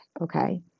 okay